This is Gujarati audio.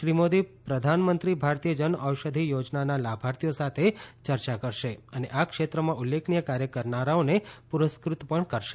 શ્રી મોદી પ્રધાનમંત્રી ભારતીય જન ઔષધિ યોજનાના લાભાર્થીઓ સાથે ચર્ચા કરશે અને આ ક્ષેત્રમાં ઉલ્લેખનીય કાર્ય કરનારાઓને પુરસ્કૃત પણ કરશે